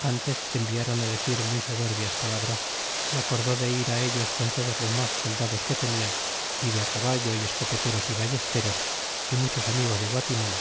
ntes environ decir muy soberbias palabras é acordó de ir ellos con todos los mas soldados que tenia y de caballo y escopeteros y ballesteros y muchos amigos de guatimala